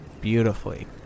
beautifully